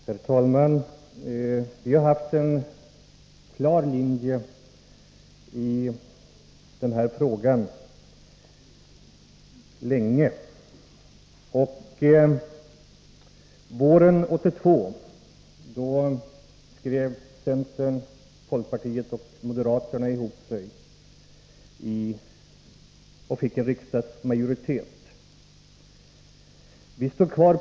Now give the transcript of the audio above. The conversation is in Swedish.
Herr talman! Vi har länge haft en klar linje i den här frågan. Våren 1982 skrev centern, folkpartiet och moderaterna ihop sig och fick en riksdagsmajoritet i den här frågan.